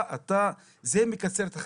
זה מקצר את החיים.